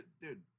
dude